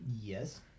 Yes